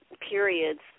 periods